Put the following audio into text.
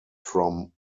from